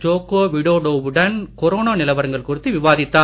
Joko Widodo வுடன் corona நிலவரங்கள் குறித்து விவாதித்தார்